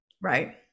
Right